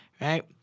right